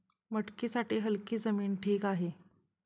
मटकीसाठी हलकी जमीन ठीक आहे